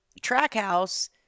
Trackhouse